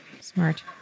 smart